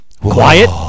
quiet